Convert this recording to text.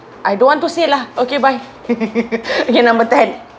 I don't want to say lah okay bye okay number ten